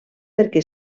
perquè